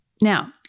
Now